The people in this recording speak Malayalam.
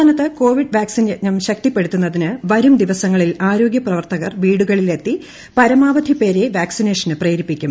സംസ്ഥാനത്ത് കോവിഡ് വാക്സിൻ യജ്ഞം ശക്തിപ്പെടുത്തുന്നതിന് വരുംദിവസങ്ങളിൽ ആരോഗ്യപ്രവർത്തകർ വീടുകളിലെത്തി പരമാവധി പേരെ വാക്സിനേഷന് പ്രേരിപ്പിക്കും